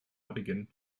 beginnen